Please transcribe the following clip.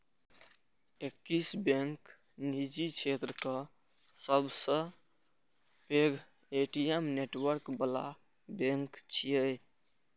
Axis bank निजी क्षेत्रक सबसं पैघ ए.टी.एम नेटवर्क बला बैंक छियै